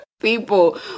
people